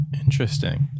Interesting